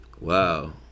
Wow